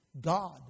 God